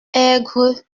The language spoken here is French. aigres